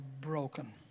broken